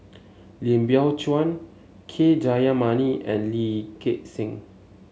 Lim Biow Chuan K Jayamani and Lee Gek Seng